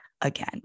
again